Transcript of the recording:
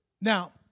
Now